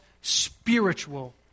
spiritual